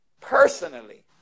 personally